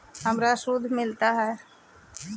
हमरा शुद्ध मिलता?